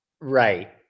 Right